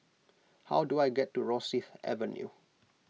how do I get to Rosyth Avenue